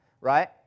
right